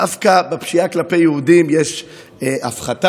דווקא בפשיעה כלפי היהודים יש הפחתה.